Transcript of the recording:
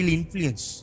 influence